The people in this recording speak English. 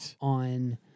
on